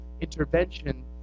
intervention